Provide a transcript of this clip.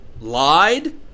lied